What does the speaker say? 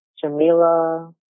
Jamila